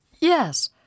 Yes